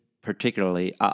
particularly